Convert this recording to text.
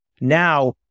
Now